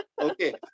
okay